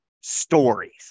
stories